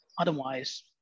Otherwise